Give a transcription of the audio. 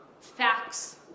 facts